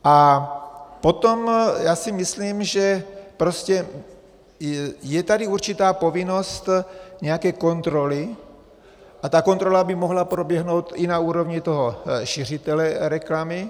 A potom, já si myslím, že prostě je tady určitá povinnost nějaké kontroly a ta kontrola by mohla proběhnout i na úrovni toho šiřitele reklamy.